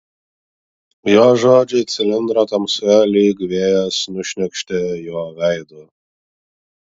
jo žodžiai cilindro tamsoje lyg vėjas nušniokštė jo veidu